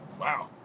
Wow